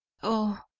oh,